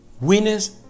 winners